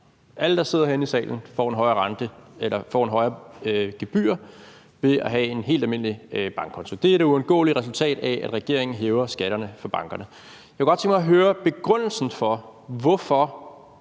Alle, der sidder herinde i salen, får et højere gebyr ved at have en helt almindelig bankkonto. Det er det uundgåelige resultat af, at regeringen hæver skatterne for bankerne. Jeg kunne godt tænke mig at høre begrundelsen for det.